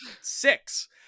six